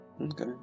okay